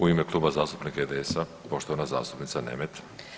U ime Kluba zastupnika IDS-a, poštovana zastupnica Nemet.